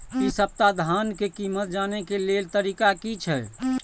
इ सप्ताह धान के कीमत जाने के लेल तरीका की छे?